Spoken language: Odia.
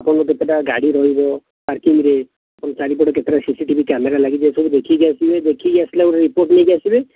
ଆପଣଙ୍କ କେତେଟା ଗାଡ଼ି ରହିବ ପାର୍କିଂରେ ଆଉ ଚାରି ପଟରେ କେତେଟା ସିସିଟିଭି କ୍ୟାମେରା ଲାଗିଛି ଏସବୁ ଦେଖିକି ଆସିବେ ଦେଖିକି ଆସିଲା ପରେ ରିପୋର୍ଟ ନେଇକି ଆସିବେ